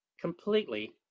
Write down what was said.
completely